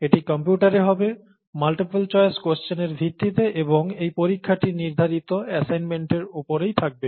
এটি কম্পিউটারে হবে মাল্টিপল চয়েস কোশ্চেনের ভিত্তিতে এবং এই পরীক্ষাটি নির্ধারিত অ্যাসাইনমেন্টগুলির ওপরেই থাকবে